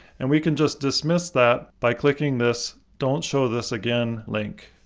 and we can just dismiss that by clicking this don't show this again link.